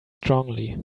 strongly